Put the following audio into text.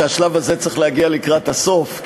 שהשלב הזה צריך להגיע לקראת הסוף,